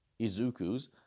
Izuku's